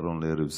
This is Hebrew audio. אחרון לערב זה,